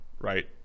right